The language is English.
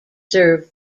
serve